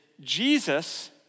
Jesus